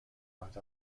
knocked